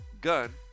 gun